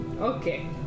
Okay